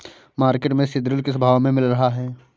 Market में सीद्रिल किस भाव में मिल रहा है?